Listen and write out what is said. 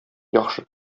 яхшы